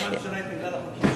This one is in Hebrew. אז למה הממשלה התנגדה לחוקים,